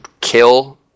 kill